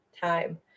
time